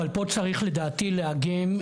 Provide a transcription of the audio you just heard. אבל פה צריך לדעתי לעגן,